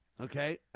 okay